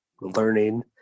learning